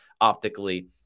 optically